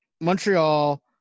Montreal